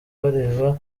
bareba